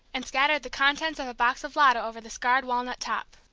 and scattered the contents of a box of lotto over the scarred walnut top.